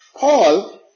Paul